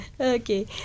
Okay